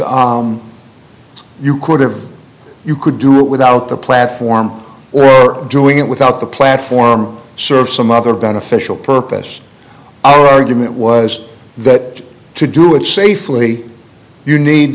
you could have you could do it without the platform doing it without the platform serve some other beneficial purpose argument was that to do it safely you need